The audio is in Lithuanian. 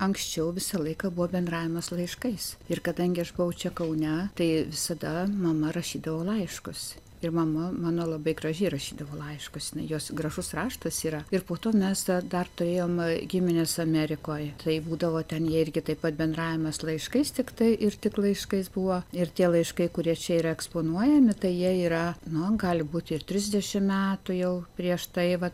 anksčiau visą laiką buvo bendravimas laiškais ir kadangi aš buvau čia kaune tai visada mama rašydavo laiškus ir mama mano labai gražiai rašydavo laiškus jos gražus raštas yra ir po to mes dar turėjom gimines amerikoj tai būdavo ten jie irgi taip pat bendravimas laiškais tiktai ir tik laiškais buvo ir tie laiškai kurie čia yra eksponuojami tai jie yra nu gali būti ir trisdešim metų jau prieš tai va